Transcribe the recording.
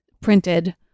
printed